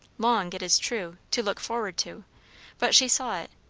long, it is true, to look forward to but she saw it,